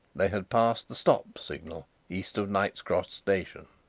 they had passed the stop signal, east of knight's cross station.